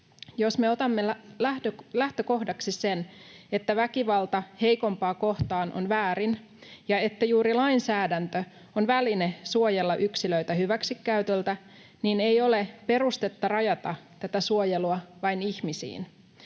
Jos me otamme lähtökohdaksi sen, että väkivalta heikompaa kohtaan on väärin ja että juuri lainsäädäntö on väline suojella yksilöitä hyväksikäytöltä, niin ei ole perustetta rajata tätä suojelua vain ihmisiin.